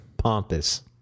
pompous